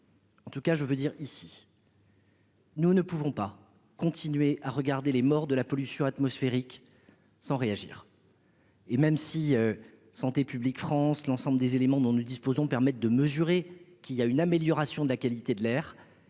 En tout cas, je veux dire ici. Nous ne pouvons pas continuer à regarder les morts de la pollution atmosphérique sans réagir. Et même si Santé publique France l'ensemble des éléments dont nous disposons permettent de mesurer qu'il y a une amélioration de la qualité de l'air